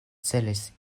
celis